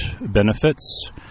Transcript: benefits